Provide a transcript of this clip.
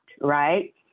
right